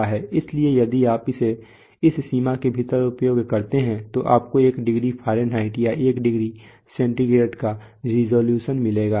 इसलिए यदि आप इसे इस सीमा के भीतर उपयोग करते हैं तो आपको एक डिग्री फ़ारेनहाइट या एक डिग्री सेंटीग्रेड का रिज़ॉल्यूशन मिलेगा